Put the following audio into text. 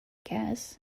guess